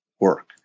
work